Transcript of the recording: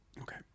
okay